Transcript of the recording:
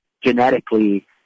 genetically